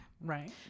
Right